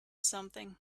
something